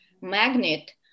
Magnet